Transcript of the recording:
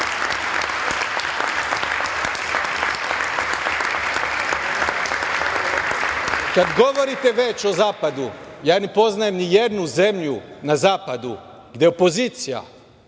govorite već o Zapadu, ja ne poznajem nijednu zemlju na Zapadu gde opozicija